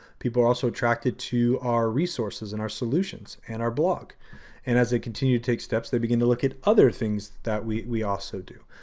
people are also attracted to our resources and our solutions and our blog and as i continue to take steps, they begin to look at other things that we also do.